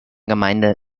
gemeinde